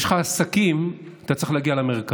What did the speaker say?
כשיש לך עסקים, אתה צריך להגיע למרכז.